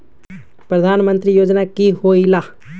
प्रधान मंत्री योजना कि होईला?